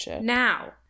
now